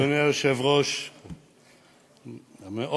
אדוני היושב-ראש המאוד-מכובד,